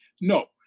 No